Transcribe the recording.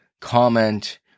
comment